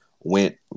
went